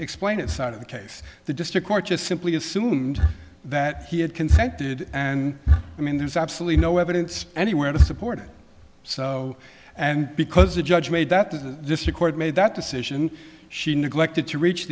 explain its side of the case the district court just simply assumed that he had consented and i mean there's absolutely no evidence anywhere to support it so and because a judge made that the court made that decision she neglected to reach